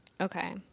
Okay